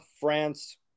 France